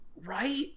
right